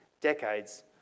decades